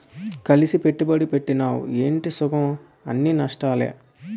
కలిసి పెట్టుబడి పెట్టినవ్ ఏటి సుఖంఅన్నీ నష్టాలే